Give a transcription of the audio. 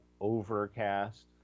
overcast